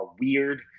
weird